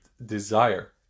Desire